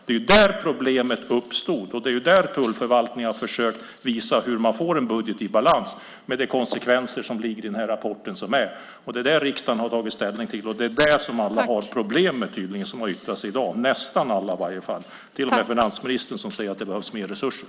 Det var där problemet uppstod, och tullförvaltningen har försökt visa hur man får en budget i balans med de konsekvenser som visas i rapporten. Det är det riksdagen har tagit ställning till, och det är det som nästan alla som har yttrat sig i dag tydligen har problem med - till och med finansministern som säger att det behövs mer resurser.